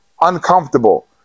uncomfortable